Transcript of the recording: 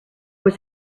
was